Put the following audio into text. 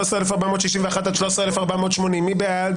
13,461 עד 13,480, מי בעד?